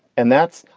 and that's.